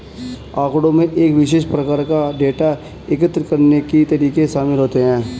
आँकड़ों में एक विशेष प्रकार का डेटा एकत्र करने के तरीके शामिल होते हैं